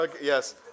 Yes